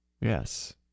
Yes